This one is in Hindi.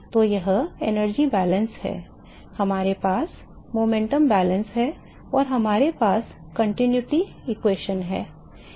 तो यह ऊर्जा संतुलन है हमारे पास गति संतुलन है और हमारे पास निरंतरता समीकरण है